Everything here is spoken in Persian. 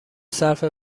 صرف